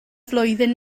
flwyddyn